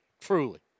Truly